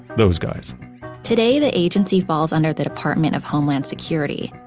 those guys today the agency falls under the department of homeland security,